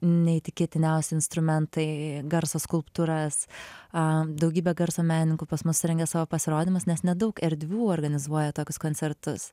neįtikėtiniausi instrumentai garso skulptūras a daugybę garso menininkų pas mus rengia savo pasirodymus nes nedaug erdvių organizuoja tokius koncertus